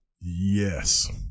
Yes